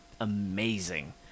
amazing